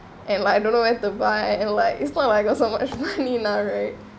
and like I don't know where to buy and like it's not like I got so much money lah right